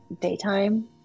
daytime